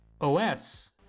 OS